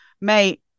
mate